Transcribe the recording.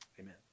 Amen